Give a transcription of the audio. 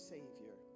Savior